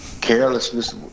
carelessness